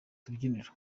tubyiniro